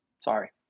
Sorry